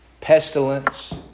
pestilence